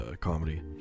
comedy